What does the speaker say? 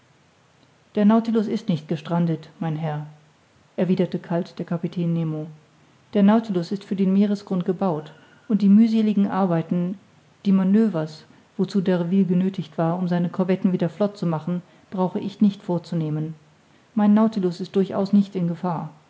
der nautilus ist nicht gestrandet mein herr erwiderte kalt der kapitän nemo der nautilus ist für den meeresgrund gebaut und die mühseligen arbeiten die manövers wozu d'urville genöthigt war um seine corvetten wieder flott zu machen brauche ich nicht vorzunehmen mein nautilus ist durchaus nicht in gefahr